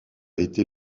été